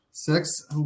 Six